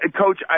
Coach